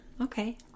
Okay